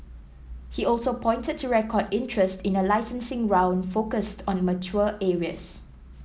he also pointed to record interest in a licensing round focused on mature areas